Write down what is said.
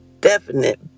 definite